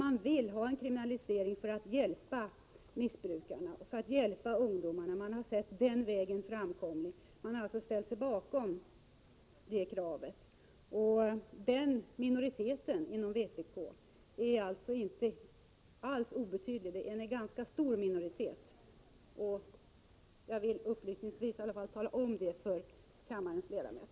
Man vill ha en kriminalisering för att hjälpa missbrukarna och för att hjälpa ungdomarna. Man har sett det som en framkomlig väg och har alltså ställt sig bakom kravet på kriminalisering. Den minoriteten inom vpk är inte alls obetydlig, det är en ganska stor minoritet. Jag vill upplysningsvis tala om det för kammarens ledamöter.